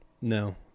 No